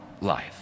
life